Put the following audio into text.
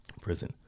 prison